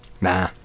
Nah